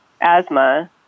asthma